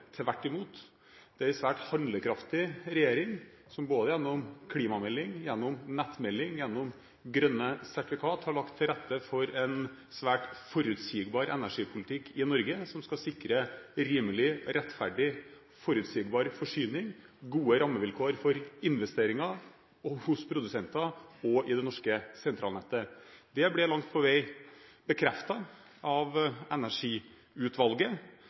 tvert imot er det en svært handlekraftig regjering, som gjennom både klimamelding, nettmelding og grønne sertifikater har lagt til rette for en svært forutsigbar energipolitikk i Norge. Den skal sikre rimelig, rettferdig, forutsigbar forsyning, gode rammevilkår for investeringer hos produsenter og i det norske sentralnettet. Det ble langt på vei bekreftet av Energiutvalget,